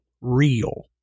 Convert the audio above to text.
real